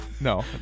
no